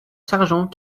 sargent